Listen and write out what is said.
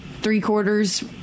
three-quarters